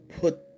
put